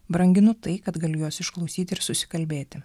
branginu tai kad galiu juos išklausyt ir susikalbėti